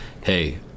hey